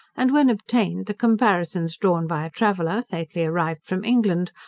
and when obtained, the comparisons drawn by a traveller, lately arrived from england,